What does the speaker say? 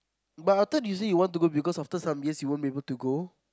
but I thought you say you want to go because after some year you won't be able to go